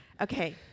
okay